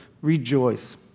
rejoice